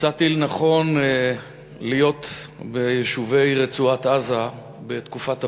מצאתי לנכון להיות ביישובי רצועת-עזה בתקופת הפינוי,